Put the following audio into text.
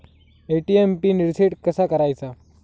ATM pin reset कसा करायचा?